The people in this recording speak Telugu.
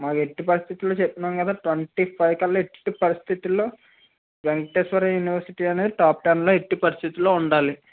మాకు ఎట్టి పరిస్థితులో చెప్తున్నా కదా ట్వంటీ ఫైవ్ కల్లా మాకు ఎట్టి పరిస్థితులో వెంకటేశ్వర యూనివర్సిటీ అనేది టాప్ టెన్ లో ఎట్టి పరిస్థితులో ఉండాలి